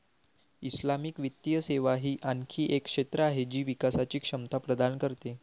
Islamic वित्तीय सेवा ही आणखी एक क्षेत्र आहे जी विकासची क्षमता प्रदान करते